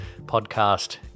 podcast